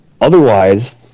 otherwise